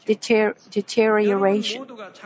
deterioration